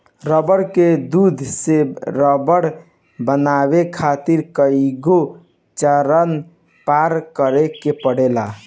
रबड़ के दूध से रबड़ बनावे खातिर कईगो चरण पार करे के पड़ेला